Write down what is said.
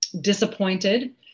Disappointed